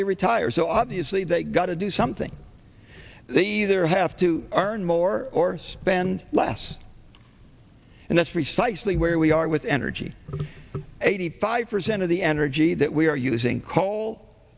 they retire so obviously they've got to do something they either have to earn more or spend less and that's precisely where we are with energy because eighty five percent of the energy that we are using coal